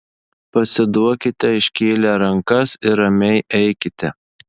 pasiduokite iškėlę rankas ir ramiai eikite